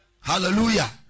Hallelujah